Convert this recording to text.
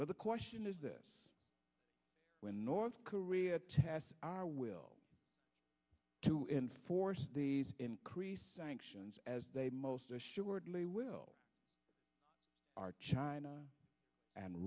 the question is this when north korea tests our will to enforce these increased sanctions as they most assuredly will are china and